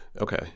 Okay